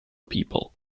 people